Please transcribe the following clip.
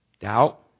doubt